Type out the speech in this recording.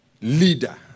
leader